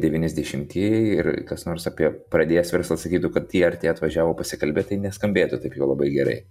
devyniasdešimtieji ir kas nors apie pradės verslą sakytų kad jie artėja atvažiavo pasikalbėti tai neskambėtų taip jau labai gerai